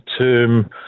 term